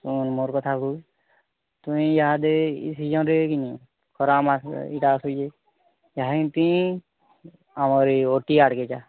ହଁ ମୋର କଥାକୁ ତୁମେ ଇହାଦେ ଇହାଦେ କିନି ଖରାମାସେ ଏଇଟା ଆସୁଛି ୟାହା ତି ଆମର ଏ ଓଟି ଆଡ଼କେ ଯାଆ